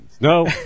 No